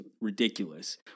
ridiculous